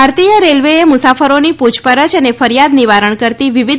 ભારતીય રેલવેએ મુસાફરોની પુછપરછ અને ફરિયાદ નિવારણ કરતી વિવિધ